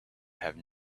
have